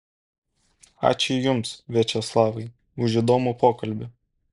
ačiū jums viačeslavai už įdomų pokalbį